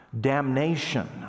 damnation